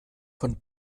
von